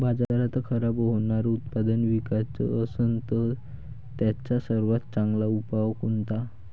बाजारात खराब होनारं उत्पादन विकाच असन तर त्याचा सर्वात चांगला उपाव कोनता?